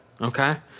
Okay